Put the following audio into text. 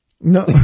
No